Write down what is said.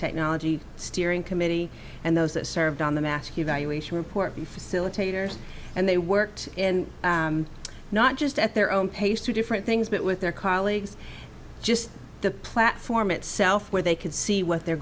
technology steering committee and those that served on the mask evaluation report the facilitators and they worked in not just at their own pace to different things but with their colleagues just the platform itself where they could see what they're